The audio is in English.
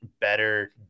better